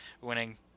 winning